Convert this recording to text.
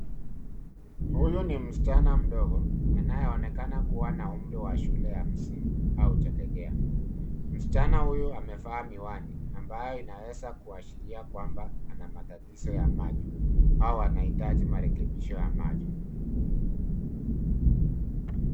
Huyu ni msichana mdogo anayeonekana kuwa na umri wa shule ya msingi au chekechea. Msichana huyu amevaa miwani ambayo inaweza kuashiria kwamba anamatatizo ya macho au anahitaji marekebisho ya macho.